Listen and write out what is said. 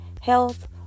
health